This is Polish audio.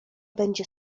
będzie